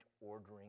ordering